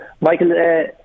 Michael